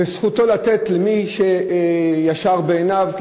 וזכותו לתת למי שישר בעיניו,